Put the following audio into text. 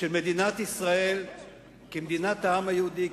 של מדינת ישראל כמדינת העם היהודי,